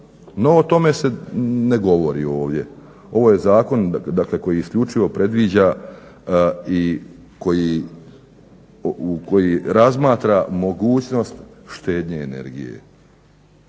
No o tome se ne govori ovdje. Ovo je zakon dakle koji isključivo predviđa i koji razmatra mogućnost štednje energije,